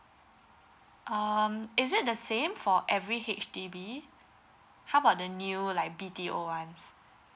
um is it the same for every H_D_B how about the new like B_T_O ones